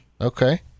Okay